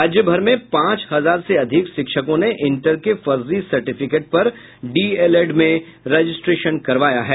राज्यभर में पांच हजार से अधिक शिक्षकों ने इंटर के फर्जी सर्टिफिकेट पर डीएलएड में रजिस्ट्रेशन करवाया है